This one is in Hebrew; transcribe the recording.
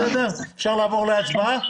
אפשר לעבור להצבעה?